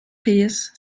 pears